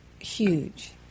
huge